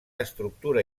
estructura